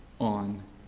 on